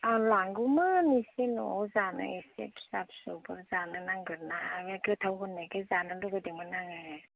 आं लांगौमोन एसे न'आव जानो एसे फिसा फिसौफोर जानो नांगोन ना आङो गोथाव होननायखाय जानो लुबैदोंमोन आङो